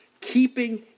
keeping